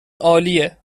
عالیه